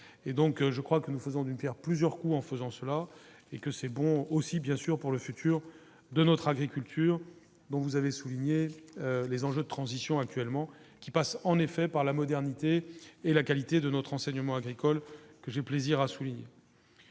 je crois que nous faisons d'une Pierre plusieurs coups : en faisant cela, et que c'est bon aussi bien sûr pour le futur de notre agriculture, bon vous avez souligné les enjeux de transition actuellement qui passe en effet par la modernité et la qualité de notre enseignement agricole que j'ai plaisir à souligner,